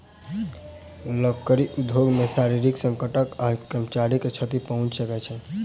लकड़ी उद्योग मे शारीरिक संकट सॅ कर्मचारी के क्षति पहुंच सकै छै